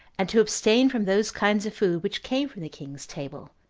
and to abstain from those kinds of food which came from the king's table,